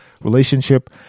relationship